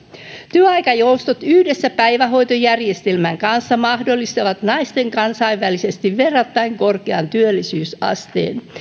työaikajoustot yhdessä päivähoitojärjestelmän kanssa mahdollistavat naisten kansainvälisesti verrattain korkean työllisyysasteen